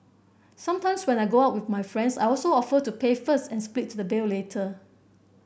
sometimes when I go out with my friends I also offer to pay first and split the bill later